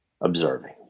observing